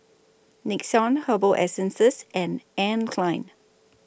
Nixon Herbal Essences and Anne Klein